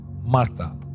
Martha